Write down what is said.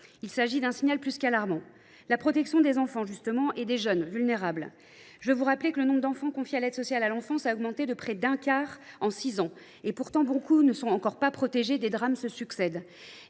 Il s’agit d’un signal plus qu’alarmant. Concernant la protection des enfants et des jeunes vulnérables, je rappelle que le nombre d’enfants confiés à l’aide sociale à l’enfance a augmenté de près d’un quart en six ans. Et pourtant, beaucoup ne sont pas encore protégés et les drames se succèdent.